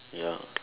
ya